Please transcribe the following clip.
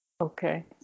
Okay